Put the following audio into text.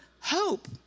hope